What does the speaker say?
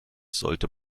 sollte